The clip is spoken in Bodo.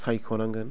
सायख'नांगोन